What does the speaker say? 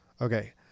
Okay